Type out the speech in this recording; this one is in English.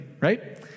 Right